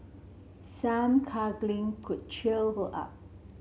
some cuddling could cheer her up